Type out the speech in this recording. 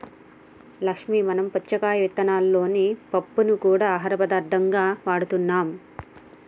లక్ష్మీ మనం పుచ్చకాయ ఇత్తనాలలోని పప్పుని గూడా ఆహార పదార్థంగా వాడుతున్నాం